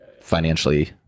financially